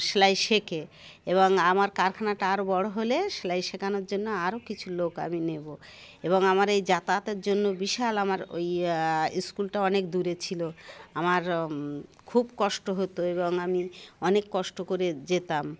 সেলাই শেখে এবং আমার কারখানাটা আরও বড় হলে সেলাই শেখানোর জন্য আরও কিছু লোক আমি নেব এবং আমার এই যাতায়াতের জন্য বিশাল আমার ওই স্কুলটা অনেক দূরে ছিল আমার খুব কষ্ট হতো এবং আমি অনেক কষ্ট করে যেতাম